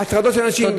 הטרדות של אנשים.